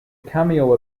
cameo